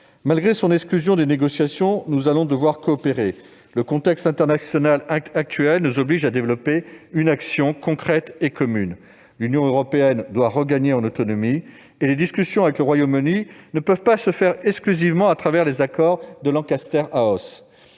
ait été exclu des négociations, nous allons devoir coopérer. Le contexte international actuel nous oblige à développer une action concrète et commune. L'Union européenne doit regagner en autonomie et les discussions avec le Royaume-Uni ne peuvent pas se faire exclusivement à travers les accords de Lancaster House.